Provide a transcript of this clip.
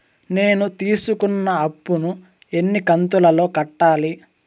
నేను తీసుకున్న అప్పు ను ఎన్ని కంతులలో కట్టాలి?